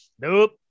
nope